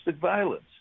violence